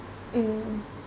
mm